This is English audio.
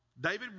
David